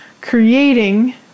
creating